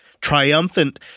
triumphant